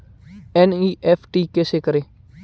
NEFT कैसे करें?